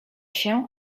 się